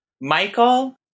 Michael